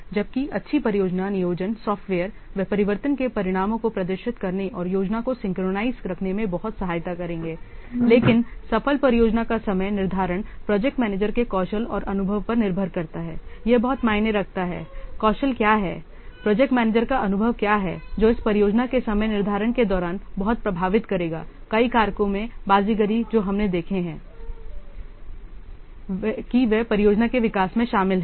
जबकि अच्छी परियोजना नियोजन सॉफ्टवेयर वे परिवर्तन के परिणामों को प्रदर्शित करने और योजना को सिंक्रनाइज़ रखने में बहुत सहायता करेंगे लेकिन सफल परियोजना का समय निर्धारण प्रोजेक्ट मैनेजर के कौशल और अनुभव पर निर्भर करता है यह बहुत मायने रखता है कौशल क्या है प्रोजेक्ट मैनेजर का अनुभव क्या हैजो इस परियोजना के समय निर्धारण के दौरान बहुत प्रभावित करेगा कई कारकों में बाजीगरी जो हमने देखे हैं कि वे परियोजना के विकास में शामिल हैं